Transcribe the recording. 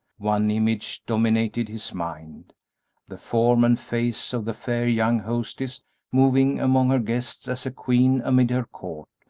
one image dominated his mind the form and face of the fair young hostess moving among her guests as a queen amid her court,